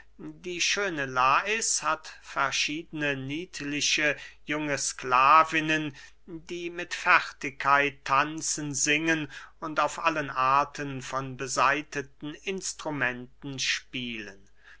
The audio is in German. die schöne lais hat verschiedene niedliche junge sklavinnen die mit fertigkeit tanzen singen und auf allen arten von besaiteten instrumenten spielen